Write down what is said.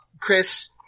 Chris